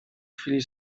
chwili